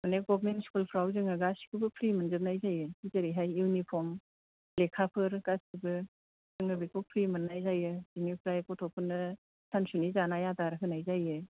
मानि गभमेन्ट स्कुलफ्राव जोङो गासिखौबो फ्रि मोनजोबनाय जायो जेरैहाय इउनिफर्म लेखाफोर गासिबो जोङो बेखौ फ्रि मोन्नाय जायो बेनिफ्राय गथ'फोरनो सानसुनि जानाय आदार होनाय जायो